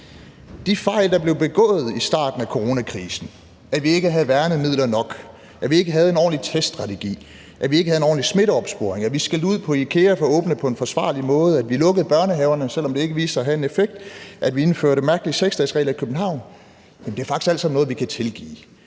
De fejl, der blev begået i starten af coronakrisen – at vi ikke havde værnemidler nok; at vi ikke havde en ordentlig teststrategi; at vi ikke havde en ordentlig smitteopsporing; at vi skældte ud på IKEA for at åbne på en forsvarlig måde; at vi lukkede børnehaverne, selv om det ikke viste sig at have en effekt; at vi indførte mærkelige 6-dagesregler i København – er faktisk alt sammen noget, vi kan tilgive.